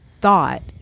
thought